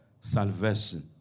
salvation